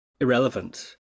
irrelevant